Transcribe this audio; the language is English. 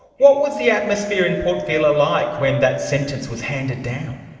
what was the atmosphere in port vila like when that sentence was handed down?